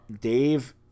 Dave